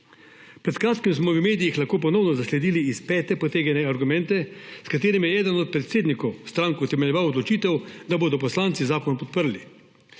Pred kratkim smo v medijih lahko ponovno zasledili iz pete potegnjene argumente, s katerimi je eden od predsednikov strank utemeljeval odločitev, da bodo poslanci zakon podprli.